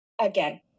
Again